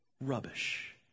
Rubbish